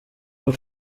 bwo